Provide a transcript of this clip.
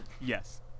Yes